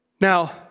Now